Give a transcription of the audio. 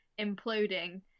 imploding